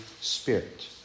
Spirit